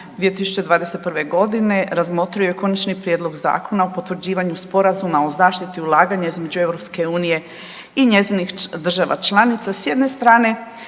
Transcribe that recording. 2021.g. razmotrio je Konačni prijedlog Zakona o potvrđivanju sporazuma o zaštiti ulaganja između EU i njezinih država članica s jedne strane